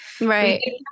Right